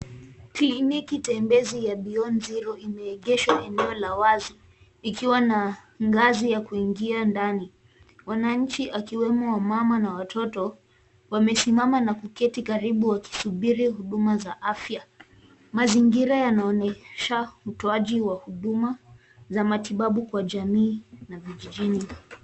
Kliniki tembezi ya Beyond Zero imeegeshwa eneo la wazi, ikiwa na ngazi ya kuingia ndani . Wananchi wakiwemo wamama na watoto wamesimama na kuketi karibu wakisuburi huduma za afya. Mazingira yanaonyesha utoaji wa huduma za matibabu kwa jamii na vijijini.